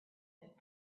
that